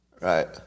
Right